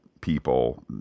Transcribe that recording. people